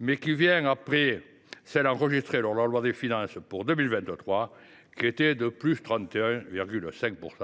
mais qui vient après celle enregistrée lors de la loi de finances pour 2023, qui était de 31,5 %.